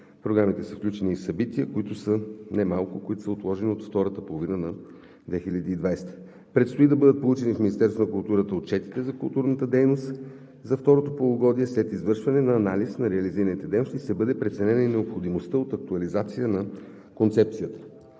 програмите са включени немалко събития, които са отложени от втората половина на 2020 г. Предстои да бъдат получени в Министерството на културата отчетите за културната дейност за второто полугодие. След извършване на анализ на реализираните дейности ще бъде преценена и необходимостта от актуализация на концепцията.